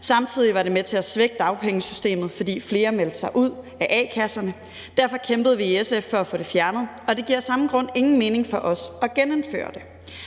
Samtidig var det med til at svække dagpengesystemet, fordi flere meldte sig ud af a-kasserne. Derfor kæmpede vi i SF for at få det fjernet, og det giver af samme grund ingen mening for os at genindføre det.